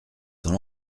dans